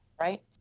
right